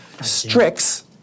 Strix